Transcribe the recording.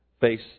face